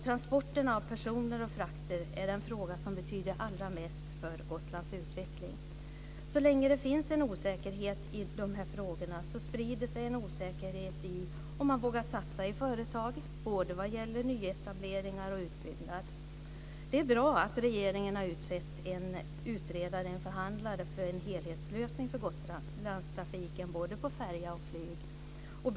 Transporterna av personer och frakter är den fråga som betyder allra mest för Gotlands utveckling. Så länge det finns en osäkerhet i de här frågorna sprider sig en osäkerhet om man vågar satsa i företag, både vad gäller nyetableringar och utbyggnader. Det är bra att regeringen har utsett en utredare, en förhandlare, för en helhetslösning för Gotlandstrafiken både på färja och flyg.